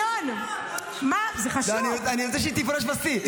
אני רוצה שהיא תפרוש בשיא.